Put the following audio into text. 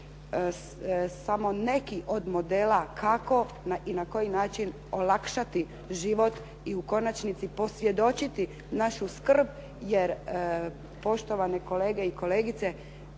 samo neki od modela kako i na koji način olakšati život i u konačnici posvjedočiti našu skrb, jer poštovane kolege i kolegice